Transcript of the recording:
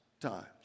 times